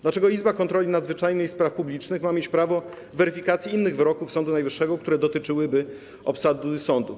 Dlaczego Izba Kontroli Nadzwyczajnej i Spraw Publicznych ma mieć prawo weryfikacji innych wyroków Sądu Najwyższego, które dotyczyłyby obsady sądów?